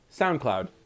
SoundCloud